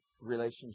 relationship